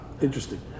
Interesting